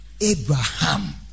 Abraham